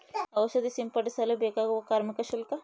ಔಷಧಿ ಸಿಂಪಡಿಸಲು ಬೇಕಾಗುವ ಕಾರ್ಮಿಕ ಶುಲ್ಕ?